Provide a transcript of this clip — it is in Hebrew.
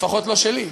לפחות לא שלי,